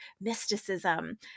mysticism